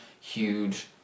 huge